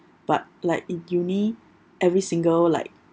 but like in uni every single like